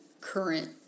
current